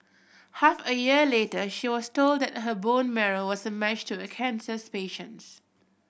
half a year later she was told that her bone marrow was a match to a cancers patient's